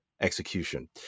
Execution